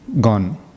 gone